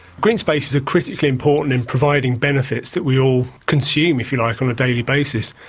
green space is critically important in providing benefits that we all consume, if you like, on a daily basis.